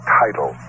title